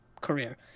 career